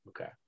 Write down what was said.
Okay